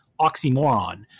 oxymoron